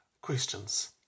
Questions